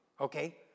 okay